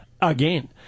again